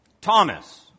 Thomas